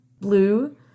Blue